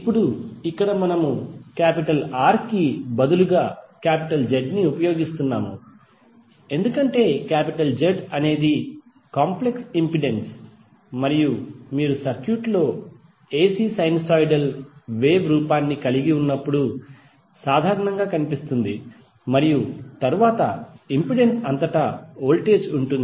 ఇప్పుడు ఇక్కడ మేము R కి బదులుగా Z ని ఉపయోగిస్తున్నాము ఎందుకంటే Z అనేది కాంప్లెక్స్ ఇంపెడెన్స్ మరియు మీరు సర్క్యూట్ లో AC సైనూసోయిడల్ వేవ్ రూపాన్ని కలిగి ఉన్నప్పుడు సాధారణంగా కనిపిస్తుంది మరియు తరువాత ఇంపెడెన్స్ అంతటా వోల్టేజ్ ఉంటుంది